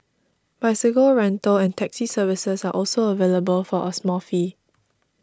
bicycle rental and taxi services are also available for a small fee